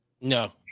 No